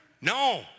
No